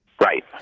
Right